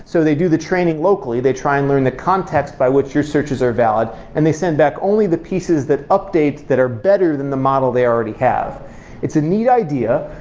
so they do the training locally. they try and learn the context by which your searches are valid and they send back only the pieces that updates that are better than the model they already have it's a neat idea.